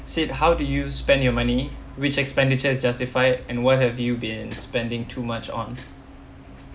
sid how do you spend your money which expenditure is justified and what have you been spending too much on